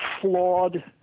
flawed